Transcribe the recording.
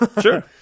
Sure